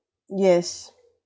yes